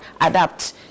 adapt